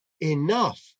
enough